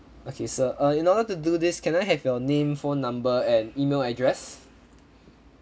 okay sir uh in order to do this can I have your name phone number and email address